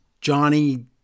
Johnny